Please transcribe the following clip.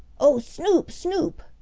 oh, snoop, snoop!